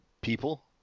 people